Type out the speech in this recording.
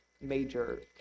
major